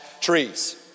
trees